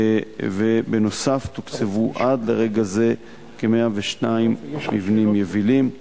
ובנוסף תוקצבו עד לרגע זה כ-102 מבנים יבילים.